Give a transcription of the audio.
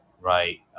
right